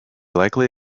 likely